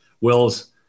Wills